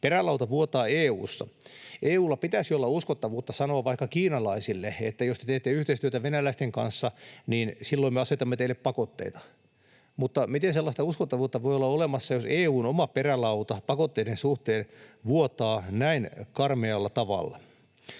Perälauta vuotaa EU:ssa. EU:lla pitäisi olla uskottavuutta sanoa vaikka kiinalaisille, että jos te teette yhteistyötä venäläisten kanssa, niin silloin me asetamme teille pakotteita. Mutta miten sellaista uskottavuutta voi olla olemassa, jos EU:n oma perälauta pakotteiden suhteen vuotaa näin karmealla tavalla?